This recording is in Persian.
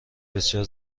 بسیار